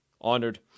honored